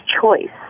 choice